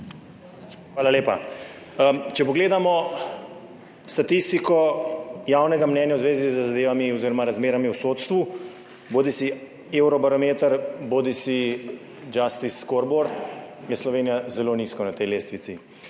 Hvala lepa. Če pogledamo statistiko javnega mnenja v zvezi z zadevami oziroma razmerami v sodstvu, bodisi Eurobarometer bodisi Justice Scoreboard, je Slovenija zelo nizko na tej lestvici.